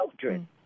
children